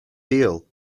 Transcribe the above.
heel